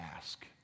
ask